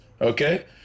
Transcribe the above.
Okay